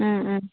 ꯎꯝ ꯎꯝ